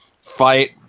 fight